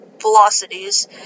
velocities